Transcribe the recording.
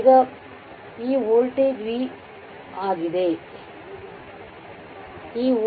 ಈಗ ಬಂದರೆ ಈ ವೋಲ್ಟೇಜ್ v ಆಗಿದೆ ಊಹಿಸಬೇಕು